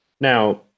Now